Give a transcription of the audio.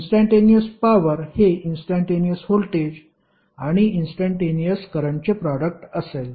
instantaneous power हे instantaneous voltage आणि instantaneous करंटचे प्रोडक्ट असेल